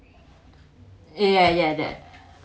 ya ya that